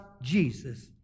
Jesus